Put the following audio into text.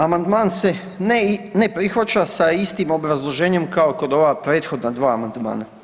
Amandman se ne prihvaća sa istim obrazloženjem kao kod ova prethodna 2 amandmana.